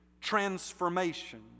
transformation